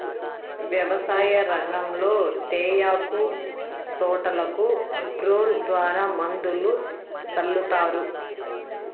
వ్యవసాయ రంగంలో తేయాకు తోటలకు డ్రోన్ ద్వారా మందులు సల్లుతారు